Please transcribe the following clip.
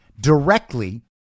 directly